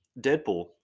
Deadpool